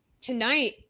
tonight